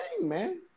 man